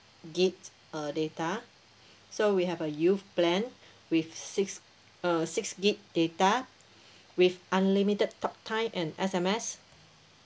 gig uh data so we have a youth plan with six uh six gig data with unlimited talk time and S_M_S